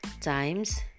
times